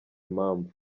impamvu